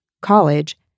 college